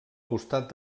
costat